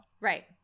Right